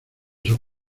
sus